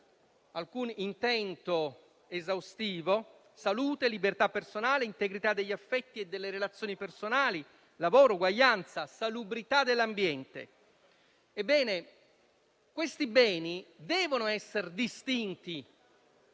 alcun intento esaustivo, la salute, la libertà personale, l'integrità degli affetti e delle relazioni personali, il lavoro, l'uguaglianza e la salubrità dell'ambiente. Ebbene, questi beni devono essere distinti,